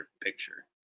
picture